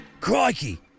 Crikey